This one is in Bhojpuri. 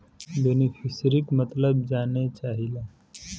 बेनिफिसरीक मतलब जाने चाहीला?